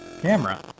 camera